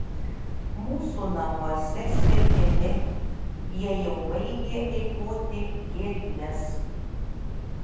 mūsų namuose svetimi jie jau baigia eikvoti gėrybes